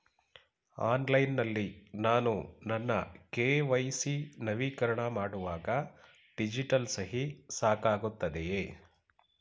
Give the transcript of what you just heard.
Online ನಲ್ಲಿ ನಾನು ನನ್ನ ಕೆ.ವೈ.ಸಿ ನವೀಕರಣ ಮಾಡುವಾಗ ಡಿಜಿಟಲ್ ಸಹಿ ಸಾಕಾಗುತ್ತದೆಯೇ?